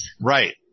Right